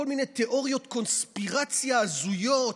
כל מיני תיאוריות קונספירציה הזויות,